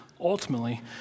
ultimately